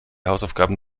hausaufgaben